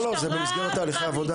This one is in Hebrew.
לא, לא, זה במסגרת תהליכי עבודה.